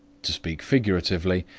to speak figuratively,